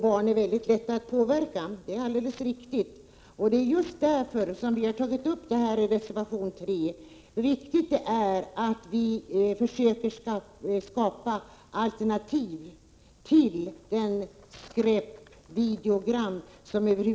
Barn är mycket lätta att påverka. Det är alldeles riktigt. Det är just därför vi i reservation 3 har tagit upp hur viktigt det är att vi försöker skapa alternativ till de skräpvideogram som finns.